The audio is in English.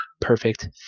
Perfect